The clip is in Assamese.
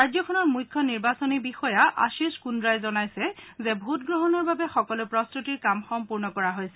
ৰাজ্যখনৰ মুখ্য নিৰ্বাচনী বিষয়া আশীষ কুদ্ৰাই জনাইছে যে ভোটগ্লহণৰ বাবে সকলো প্ৰস্তুতিৰ কাম সম্পূৰ্ণ কৰা হৈছে